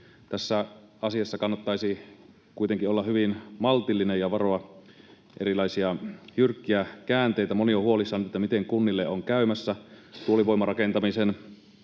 Tässä asiassa kannattaisi kuitenkin olla hyvin maltillinen ja varoa erilaisia jyrkkiä käänteitä. Moni on huolissaan, miten kunnille on käymässä. Tuulivoimarakentamisen